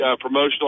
promotional